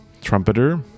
trumpeter